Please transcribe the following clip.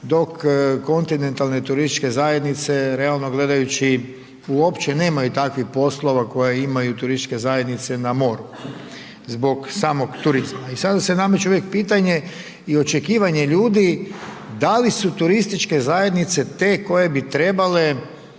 dok kontinentalne turističke zajednice realno gledajući uopće nemaju takvih poslova koje imaju turističke zajednice na moru zbog samog turizma. I sada se nameće uvijek pitanje i očekivanje ljudi da li su turističke zajednice te koje bi trebale